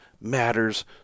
matters